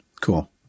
Cool